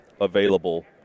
available